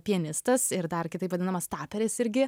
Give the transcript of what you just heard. pianistas ir dar kitaip vadinamas taperis irgi